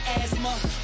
asthma